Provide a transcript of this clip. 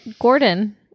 Gordon